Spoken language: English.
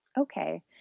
Okay